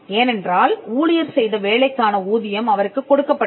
ஏனென்றால் ஊழியர் செய்த வேலைக்கான ஊதியம் அவருக்குக் கொடுக்கப்பட்டது